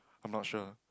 I'm not sure